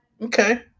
Okay